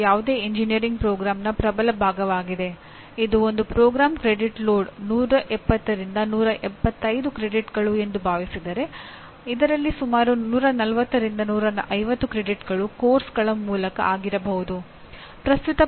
ಯಾವುದೇ engineering programme ಇದೇ ಗುರಿಯನ್ನು ಹೊಂದಿರಬೇಕು